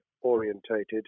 orientated